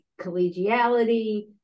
collegiality